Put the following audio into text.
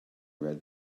red